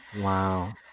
Wow